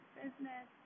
business